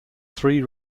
three